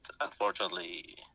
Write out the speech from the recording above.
unfortunately